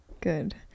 good